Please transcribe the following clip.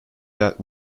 that